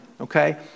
okay